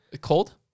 Cold